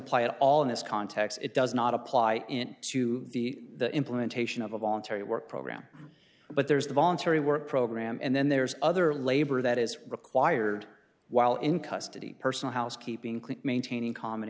apply at all in this context it does not apply to the implementation of a voluntary work program but there's the voluntary work program and then there's other labor that is required while in custody personal house keeping clean maintaining common